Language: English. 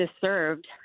served